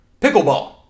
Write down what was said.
Pickleball